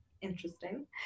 interesting